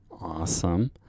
awesome